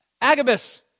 Agabus